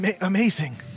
amazing